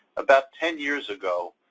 about ten years ago,